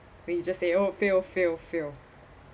when you just say oh fail fail fail